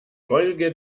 folge